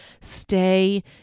stay